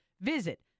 Visit